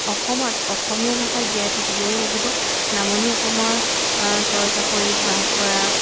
অসমত অসমীয়া ভাষা জীয়াই থাকিবই লাগিব নামনি অসমৰ চৰ চাপৰিত বাস কৰা